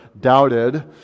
doubted